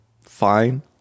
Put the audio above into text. fine